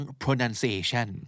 pronunciation